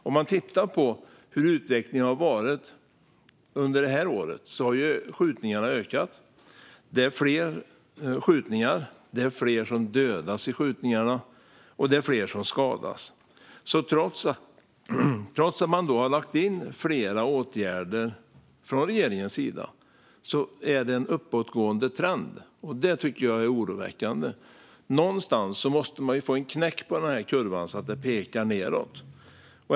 Om man tittar på hur utvecklingen har varit under det här året ser man att skjutningarna har ökat. Det är fler skjutningar, det är fler som dödas i skjutningarna och det är fler som skadas. Trots att man har satt in flera åtgärder från regeringens sida är det en uppåtgående trend, och det tycker jag är oroväckande. Någonstans måste man få en knäck på den här kurvan så att den pekar nedåt.